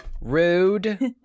Rude